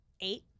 Eight